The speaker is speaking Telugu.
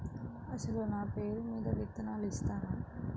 అసలు నా పేరు మీద విత్తనాలు ఇస్తారా?